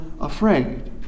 afraid